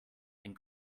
and